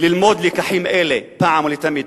ללמוד לקחים אלה פעם ולתמיד.